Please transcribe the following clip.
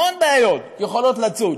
המון בעיות יכולות לצוץ.